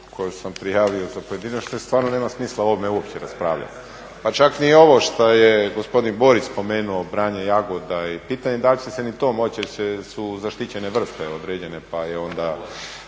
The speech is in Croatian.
koju sam prijavio za pojedinačnu jer stvarno nema smisla o ovome uopće raspravljati pa čak ni ovo što je gospodin Borić spomenuo, branje jagoda i pitanje da li će se i to moći jer su zaštićene vrste određene pa je onda,